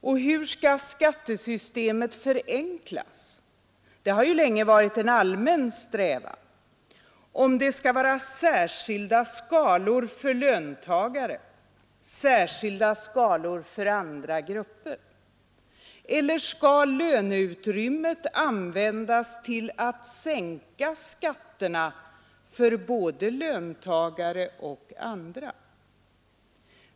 Och hur skall skattesystemet förenklas — detta har ju länge varit en allmän strävan — om det skall vara särskilda skalor för löntagare och särskilda skalor för andra grupper? Eller skall löneutrymmet användas till att sänka skatterna för både löntagare och andra?